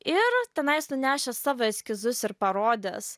ir tenais nunešęs savo eskizus ir parodęs